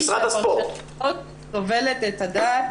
אמרתי שהפרשנות --- את הדעת,